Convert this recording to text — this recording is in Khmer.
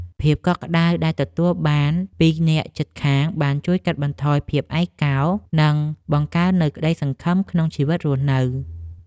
ភាពកក់ក្តៅដែលទទួលបានពីអ្នកជិតខាង បានជួយកាត់បន្ថយភាពឯកោ និងបង្កើននូវក្តីសង្ឃឹមក្នុងជីវិតរស់នៅ។